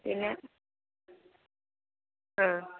പിന്നെ ആ